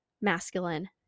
masculine